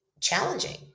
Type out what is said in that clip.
challenging